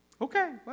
okay